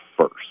first